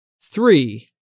three